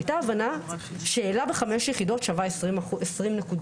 הייתה הבנה שאלה בחמש יחידות שווה 20 נקודות.